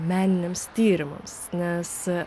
meniniams tyrimams nes